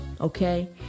okay